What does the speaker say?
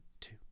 two